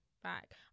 Back